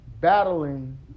battling